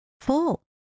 full